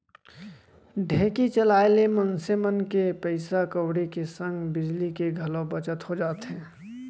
ढेंकी चलाए ले मनसे मन के पइसा कउड़ी के संग बिजली के घलौ बचत हो जाथे